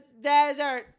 desert